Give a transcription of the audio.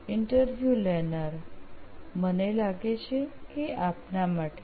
interview લેનાર મને લાગે છે કે એ આપના માટે છે